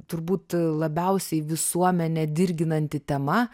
turbūt labiausiai visuomenę dirginanti tema